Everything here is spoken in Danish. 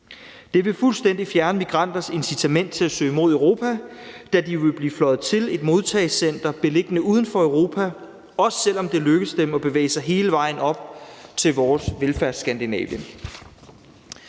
Det vil fuldstændig fjerne migranters incitament til at søge mod Europa, da de vil blive fløjet til et modtagecenter beliggende uden for Europa, også selv om det lykkes dem at bevæge sig hele vejen op til vores Velfærdsskandinavien.